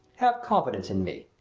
have confidence in me.